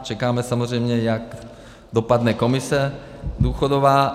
čekáme samozřejmě, jak dopadne komise důchodová.